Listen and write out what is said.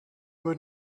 were